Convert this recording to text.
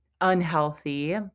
unhealthy